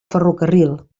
ferrocarril